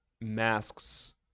masks